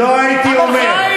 לא הייתי אומר.